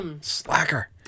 Slacker